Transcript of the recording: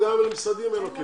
גם במשרדים אין לו כלים.